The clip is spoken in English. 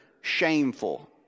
shameful